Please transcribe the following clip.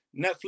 netflix